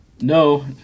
No